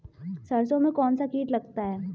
सरसों में कौनसा कीट लगता है?